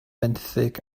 benthyg